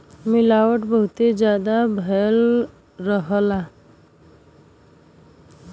मिलावट बहुत जादा भयल रहला